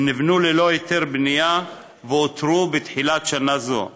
שנבנו ללא היתר בנייה ואותרו בתחילת שנה זו.